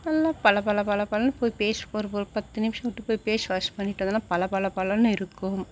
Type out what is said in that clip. நல்லா பள பள பள பளன்னு பு பேஸ்ட் பொரு ஒரு பத்து நிம்ஷம் விட்டு போய் ஃபேஷ் வாஷ் பண்ணிவிட்டு வந்தன்னா பள பள பளன்னு இருக்கும்